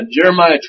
Jeremiah